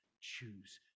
Choose